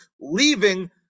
leaving